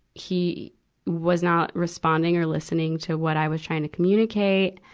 he was not responding or listening to what i was trying to communicate.